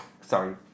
sorry